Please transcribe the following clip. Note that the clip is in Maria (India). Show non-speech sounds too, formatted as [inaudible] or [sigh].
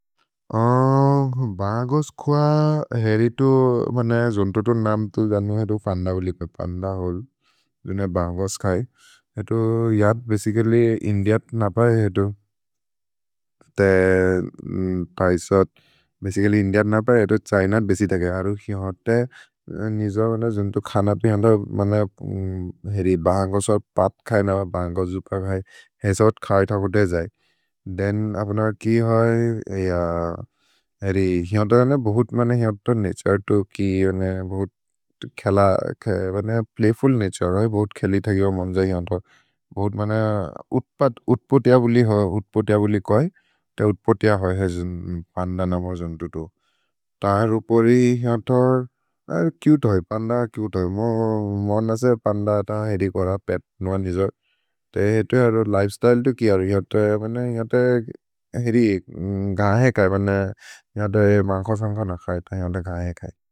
ओ, भगोस् खुअ हेरि तु मने जुन्तुतु नाम् तु दनु हेतु फन्द हुलिपे, फन्द हुल्, जुने भगोस् खै। हेतु जत् बसिचल्ल्य् इन्दिअ'त् न पए हेतु, ते पैसोत्, बसिचल्ल्य् इन्दिअ'त् न पए हेतु, छ्हिन'त् बेसि दगे, अरु कि होते निजो जुन्तु खन पे जन्त मने हेरि [hesitation] भगोस् अर् पत् खै न भगोस् जुप खै, हेसोत् खै थकुते जै। थेन् अपनर् कि है, हेरि ह्यन्तर् बहुत् मने ह्यन्तर् नतुरे तु कि बहुत् खेल, मने प्लय्फुल् नतुरे है, बहुत् खेलि थगिव मन्ज ह्यन्तर्, बहुत् मने [hesitation] उत्पत्य हुलि है, उत्पत्य हुलि खै, ते उत्पत्य है, फन्द नम जुन्तुतु। तन् रुपरि ह्यन्तर्, चुते है फन्द, चुते है, मानसे फन्द तन् हेरि कोर पेत् नुअन् जिजो, ते हेतु है अरु लिफेस्त्य्ले तु कि अरु ह्यन्तर्, मने ह्यन्तर् हेरि घाहे खै, मने ह्यन्तर् हेरि भगोसम् खन खै, तन् ह्यन्तर् घाहे खै।